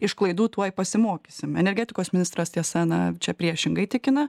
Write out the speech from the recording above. iš klaidų tuoj pasimokysim energetikos ministras tiesa na čia priešingai tikina